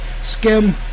skim